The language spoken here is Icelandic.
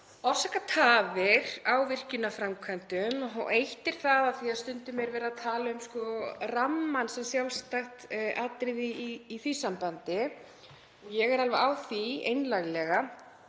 orsakað tafir á virkjunarframkvæmdum. Eitt er það, af því að stundum er verið að tala um rammann sem sjálfstætt atriði í því sambandi, að ég er alveg á því einlæglega